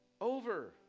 Over